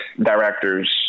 directors